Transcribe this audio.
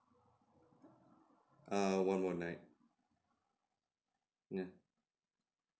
err one more night ya